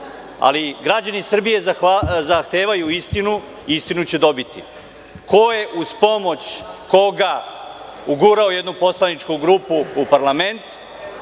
ali građani Srbije zahtevaju istinu i istinu će dobiti, ko je uz pomoć koga ugurao jednu poslaničku grupu u parlament.